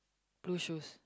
Blue shoes